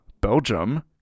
Belgium